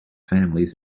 families